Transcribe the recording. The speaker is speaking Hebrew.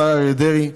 השר אריה דרעי,